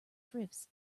drifts